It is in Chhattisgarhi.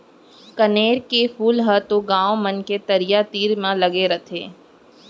कनेर के फूल ह तो गॉंव मन के तरिया तीर म लगे रथे